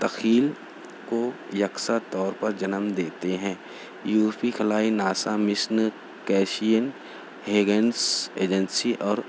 تخیل کو یکساں طور پر جنم دیتے ہیں یوفی کلائی NASA mission Cassini Huygens agency اور